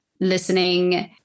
listening